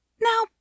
Now